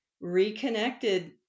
reconnected